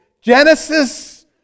Genesis